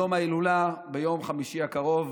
יום ההילולה ביום חמישי הקרוב,